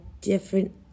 different